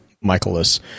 Michaelis